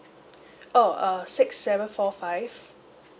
oh err six seven four five